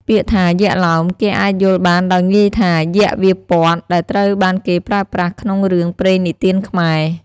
ពាក្យថា "យក្ខឡោម" គេអាចយល់បានដោយងាយថា "យក្ខវាព័ទ្ធ" ដែលត្រូវបានគេប្រើប្រាស់ក្នុងរឿងព្រេងនិទានខ្មែរ។